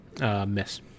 Miss